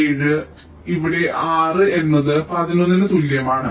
7 ഇവിടെ R എന്നത് 11 ന് തുല്യമാണ്